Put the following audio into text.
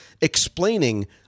explaining